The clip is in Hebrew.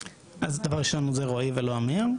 אז דבר ראשון, זה רועי ולא אמיר.